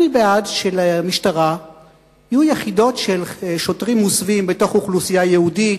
אני בעד שלמשטרה יהיו יחידות של שוטרים מוסווים בתוך אוכלוסייה יהודית,